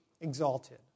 exalted